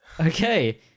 Okay